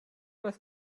was